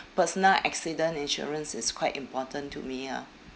personal accident insurance is quite important to me ah